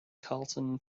carlton